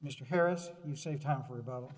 mr harris to save time for about